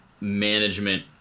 management